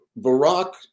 Barack